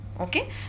Okay